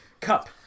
cup